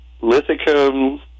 Lithicum